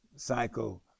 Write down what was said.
cycle